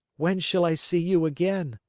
when shall i see you again?